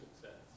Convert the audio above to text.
success